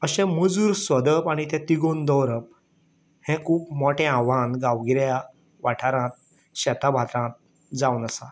अशे मजूर सोदप आनी ते तिगोवन दवरप हें खूप मोठें आव्हान गांवगिऱ्या वाठारात शेता भातात जावन आसा